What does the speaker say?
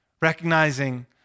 recognizing